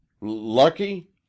lucky